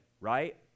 right